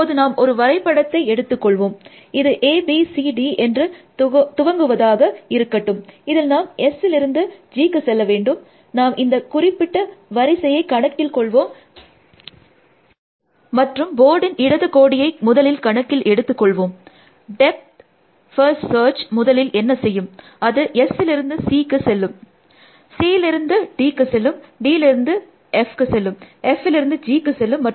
இப்போது நாம் ஒரு வரைப்படத்தை எடுத்து கொள்வோம்இது எ பி சி ட என்று துவங்குவதாக இருக்கட்டும் இதில் நாம் Sலிருந்து Gக்கு செல்ல வேண்டும் நாம் இந்த குறிப்பிட்ட வரிசையை கணக்கில் கொள்வோம் மற்றும் போர்டின் இடது கோடியை முதலில் கணக்கில் எடுத்து கொள்வோம் டெப்த் ஃபர்ஸ்ட் சர்ச் முதலில் என்ன செய்யும் அது S லிருந்து C க்கு செல்லும் Cலிருந்து Dக்கு செல்லும் Dலிருந்து Fக்கு செல்லும் Fலிருந்து Gக்கு செல்லும்